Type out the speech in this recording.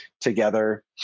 together